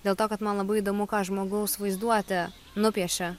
dėl to kad man labai įdomu ką žmogaus vaizduotė nupiešia